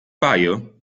paio